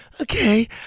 okay